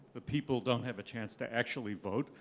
the people don't have a chance to actually vote.